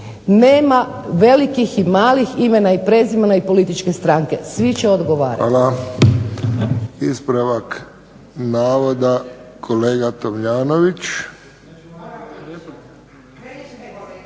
Nema velikih i malih imena i prezimena i političke stranke. Svi će odgovarati. **Friščić, Josip (HSS)** Hvala. Ispravak navoda, kolega Tomljanović.